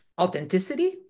authenticity